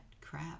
crap